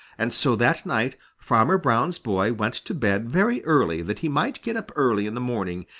and so that night farmer brown's boy went to bed very early that he might get up early in the morning,